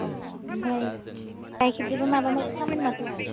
अ ओमफ्राय गाइखेरजोंबा माबा माबि खालामगोन माथो